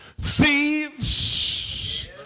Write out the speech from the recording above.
thieves